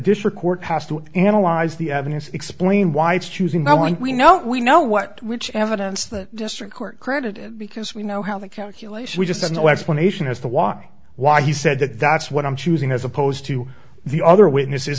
district court has to analyze the evidence explain why it's choosing now when we know we know what which evidence that district court credit because we know how the calculation we just had no explanation as to why why he said that that's what i'm choosing as opposed to the other witnesses